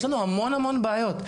יש לנו המון המון בעיות.